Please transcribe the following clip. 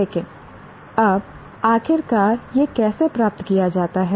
लेकिन अब आखिरकार यह कैसे प्राप्त किया जाता है